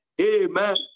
Amen